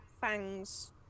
fangs